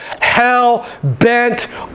hell-bent